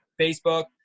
Facebook